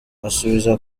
asubiza